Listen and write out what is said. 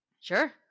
sure